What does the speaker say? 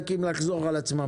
את זה.